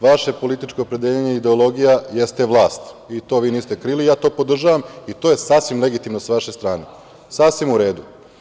Vaše političko opredeljenje i ideologija jeste vlast i to vi niste krili i ja to podržavam sasvim legitimno sa vaše strane, sasvim u redu.